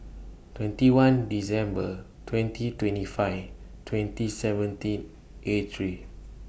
twenty one December twenty twenty five twenty seventeen eight three